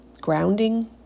Grounding